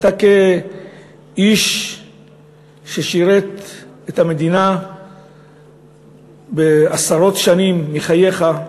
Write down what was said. אתה, כאיש ששירת את המדינה עשרות שנים מחייך,